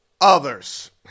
others